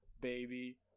baby